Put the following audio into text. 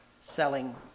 selling